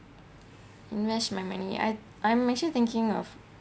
invest my money I I'm actually thinking of